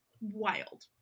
wild